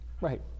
Right